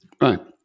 right